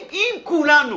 אם כולנו